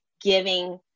giving